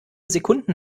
sekunden